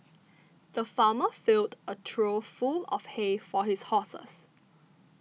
the farmer filled a trough full of hay for his horses